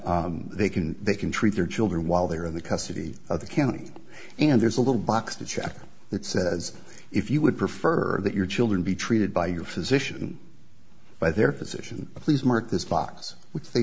that they can they can treat their children while they're in the custody of the county and there's a little box to check that says if you would prefer that your children be treated by your physician by their physician please mark this box which they